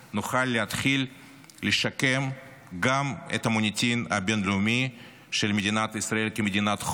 נוכל להתחיל לשקם גם את המוניטין הבין-לאומי של מדינת ישראל כמדינת חוק,